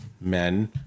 men